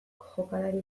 jokalari